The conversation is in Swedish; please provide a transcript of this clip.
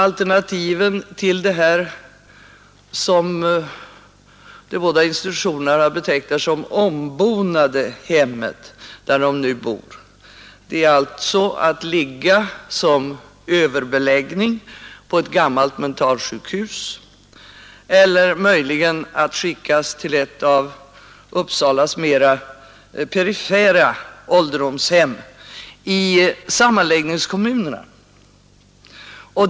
Alternativen till det av de båda institutionerna som ombonat betecknade hem, där de nu bor, är alltså att vederbörande får tas in som överbeläggning på ett gammalt mentalsjukhus eller möjligen att de skickas till ett av Uppsalas mera perifera ålderdomshem i sammanläggningskommunerna.